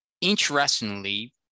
Interestingly